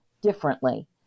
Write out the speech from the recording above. differently